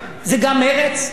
זה גם מפלגת העבודה.